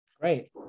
Great